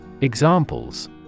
Examples